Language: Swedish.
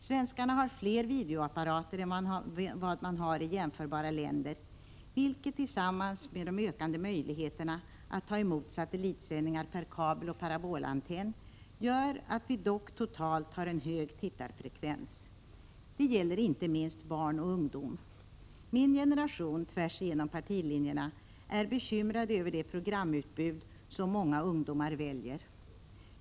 Svenskarna har fler videoapparater än vad man har i jämförbara länder, vilket tillsammans med de ökande möjligheterna att ta emot satellitsändningar per kabel och parabolantenn gör att vi totalt dock har en hög tittarfrekvens. Det gäller inte minst barn och ungdom. Min generation tvärs igenom partilinjerna är bekymrad över det programutbud som många ungdomar väljer.